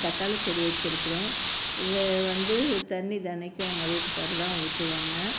கத்தால செடி வச்சுருக்குறோம் இது வந்து தண்ணி தினைக்கும் எங்கள் வீட்டுக்கார் தான் ஊற்றுவாங்க